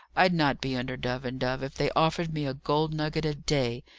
i'd not be under dove and dove if they offered me a gold nugget a day,